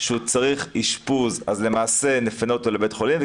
שהוא צריך אשפוז אז נפנה אותו לבית חולים,